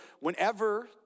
whenever